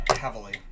heavily